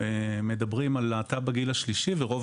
שאנחנו מדברים על להט"ב בגיל השלישי ורוב